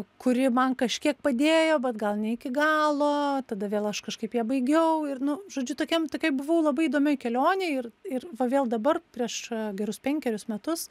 kuri man kažkiek padėjo bet gal ne iki galo tada vėl aš kažkaip ją baigiau ir nu žodžiu tokiam tokioj buvau labai įdomios kelionėj ir ir va vėl dabar prieš gerus penkerius metus